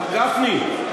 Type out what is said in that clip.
מר גפני.